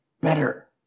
better